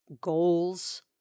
goals